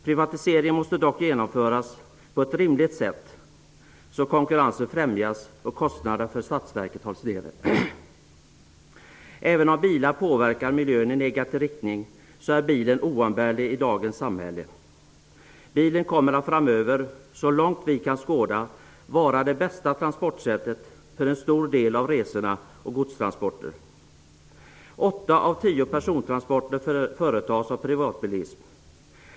Privatiseringarna måste dock genomföras på ett rimligt sätt, så att konkurrensen främjas och kostnaderna för statsverket hålls nere. Även om bilar påverkar miljön i negativ riktning, är bilen oumbärlig i dagens samhälle. Bilen kommer att så långt vi kan skåda framöver vara det bästa transportsättet för en stor del av resorna och godstransporterna. Åtta av tio persontransporter företas av privatbilismen.